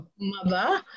Mother